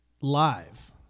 live